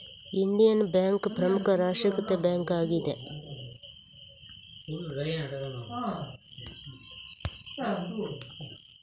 Indian Bank ಪ್ರಮುಖ ರಾಷ್ಟ್ರೀಕೃತ bank ಆಗಿದೆ